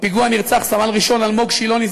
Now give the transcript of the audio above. בפיגוע נרצח סמל ראשון אלמוג שילוני,